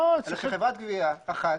זו חברת גבייה אחת.